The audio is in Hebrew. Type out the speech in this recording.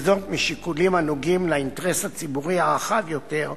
וזאת משיקולים הנוגעים לאינטרס הציבורי הרחב יותר,